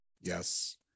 Yes